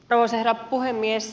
arvoisa herra puhemies